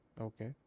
okay